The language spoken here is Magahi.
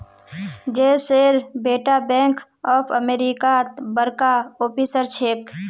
जयेशेर बेटा बैंक ऑफ अमेरिकात बड़का ऑफिसर छेक